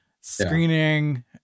screening